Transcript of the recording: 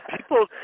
people